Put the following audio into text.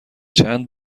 چند